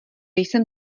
jsem